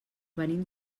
venim